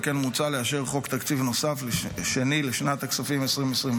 על כן מוצע לאשר חוק תקציב נוסף שני לשנת הכספים 2024,